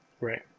Right